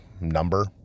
number